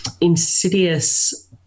insidious